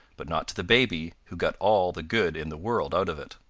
but not to the baby, who got all the good in the world out of it